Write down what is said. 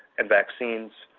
and vaccines,